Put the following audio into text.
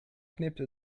knipte